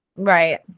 right